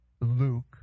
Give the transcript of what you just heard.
Luke